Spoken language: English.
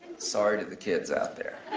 sorry to the kids out there.